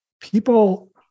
people